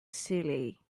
silly